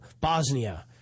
Bosnia